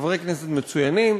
חברי כנסת מצוינים,